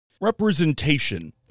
Representation